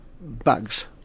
bugs